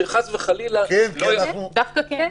שחס וחלילה לא --- דווקא כן.